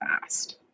fast